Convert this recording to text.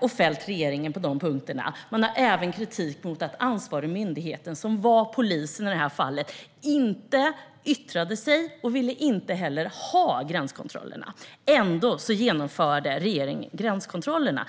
och fällt regeringen på dessa punkter. Man riktar även kritik mot att regeringen trots att ansvarig myndighet, Polismyndigheten, inte yttrade sig och inte ville ha gränskontrollerna ändå införde gränskontrollerna.